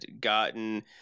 gotten